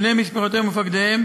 בני משפחותיהם ומפקדיהם